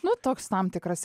nu toks tam tikras